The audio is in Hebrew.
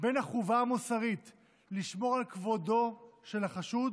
בין החובה המוסרית לשמור על כבודו של החשוד